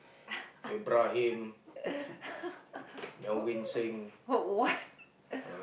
what